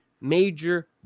major